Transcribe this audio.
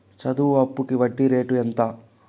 చదువు అప్పుకి వడ్డీ రేటు ఎంత?